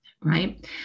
right